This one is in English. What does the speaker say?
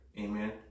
Amen